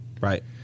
right